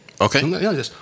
Okay